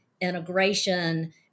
integration